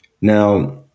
Now